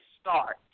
start